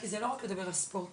כי זה לא רק לדבר על ספורט,